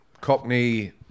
Cockney